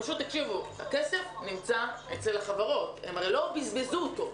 הכסף נמצא אצל החברות, הן הרי לא בזבזו אותו.